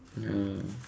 ya